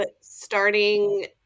starting